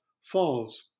falls